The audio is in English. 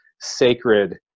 sacred